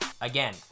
again